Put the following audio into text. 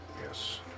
Yes